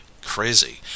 crazy